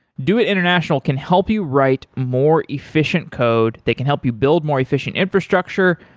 doit international can help you write more efficient code. they can help you build more efficient infrastructure.